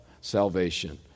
salvation